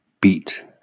beat